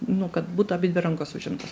nu kad būtų abidvi rankos užimtos